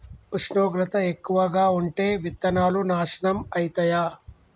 ఉష్ణోగ్రత ఎక్కువగా ఉంటే విత్తనాలు నాశనం ఐతయా?